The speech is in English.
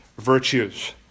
virtues